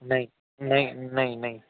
નઈ નઈ નઈ નઈ